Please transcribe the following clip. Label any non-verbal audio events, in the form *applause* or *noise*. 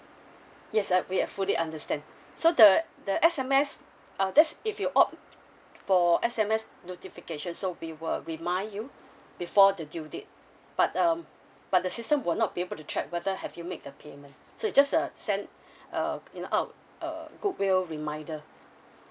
yes uh we uh fully understand so the the S_M_S uh that's if you opt for S_M_S notification so we will remind you before the due date but um but the system will not be able to check whether have you make the payment so it just uh send *breath* uh you know out of a good will reminder